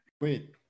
Wait